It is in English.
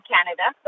Canada